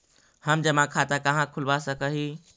हम जमा खाता कहाँ खुलवा सक ही?